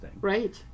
Right